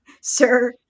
sir